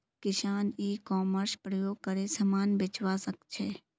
किसान e commerce प्रयोग करे समान बेचवा सकछे